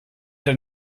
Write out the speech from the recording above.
der